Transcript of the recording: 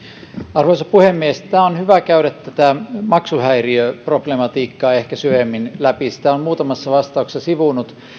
arvoisa puhemies on hyvä käydä tätä maksuhäiriöproblematiikkaa ehkä syvemmin läpi sitä olen muutamassa vastauksessa sivunnut